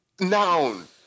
noun